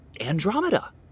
Andromeda